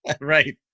Right